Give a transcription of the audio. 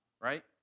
right